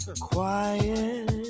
Quiet